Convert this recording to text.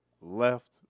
left